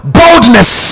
boldness